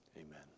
Amen